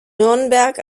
nürnberg